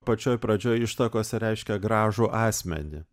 pačioj pradžioj ištakose reiškė gražų asmenį